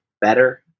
better